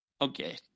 Okay